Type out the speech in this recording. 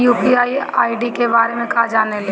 UPI ID के बारे में का जाने ल?